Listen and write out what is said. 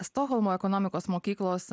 stokholmo ekonomikos mokyklos